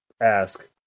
ask